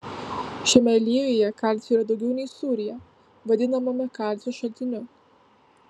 šiame aliejuje kalcio yra daugiau nei sūryje vadinamame kalcio šaltiniu